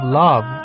love